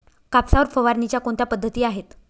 कापसावर फवारणीच्या कोणत्या पद्धती आहेत?